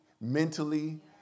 mentally